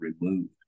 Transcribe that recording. removed